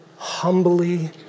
humbly